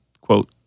quote